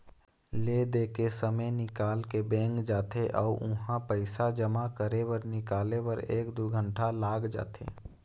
ले दे के समे निकाल के बैंक जाथे अउ उहां पइसा जमा करे बर निकाले बर एक दू घंटा लाग जाथे